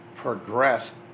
Progressed